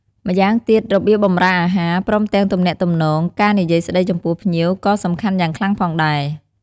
ម្យ៉ាងទៀត របៀបបម្រើអាហារ ព្រមទាំងទំនាក់ទំនង ការនិយាយស្ដីចំពោះភ្ញៀវ ក៏សំខាន់យ៉ាងខ្លាំងផងដែរ